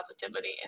positivity